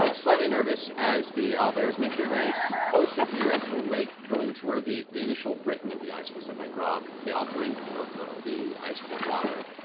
and slightly nervous as the owlbears make their way closer to your edge of the lake, going to where the the initial breaking of the ice was set by grog. they all drink of the ice-cold water,